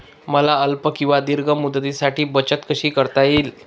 मला अल्प किंवा दीर्घ मुदतीसाठी बचत कशी करता येईल?